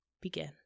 begin